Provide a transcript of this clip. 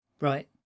right